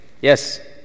Yes